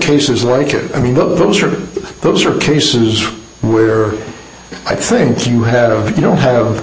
cases like it i mean those are those are cases where i think you have you know head of